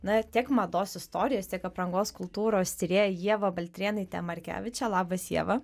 na tiek mados istorijos tiek aprangos kultūros tyrėja ieva baltrėnaitė markevičė labas ieva